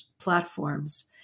platforms